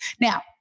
Now